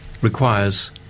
requires